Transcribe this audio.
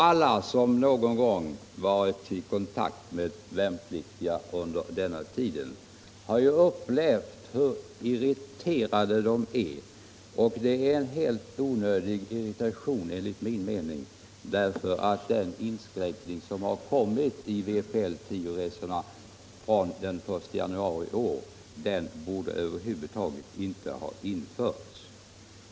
Alla som någon gång har varit i kontakt med värnpliktiga under denna tid har upplevt hur irriterade de är. Det är en helt onödig irritation. enligt min mening, eftersom den inskränkning som gjorts i vpl 10-resorna från den 1 januari i år över huvud taget inte borde ha införts.